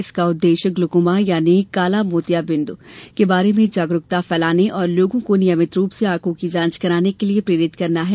इसका उद्देश्य ग्लूकोमा यानी काला मोतिया के बारे में जागरूकता फैलाने और लोगों को नियमित रूप से आंखों की जांच कराने के लिये प्रेरित करना है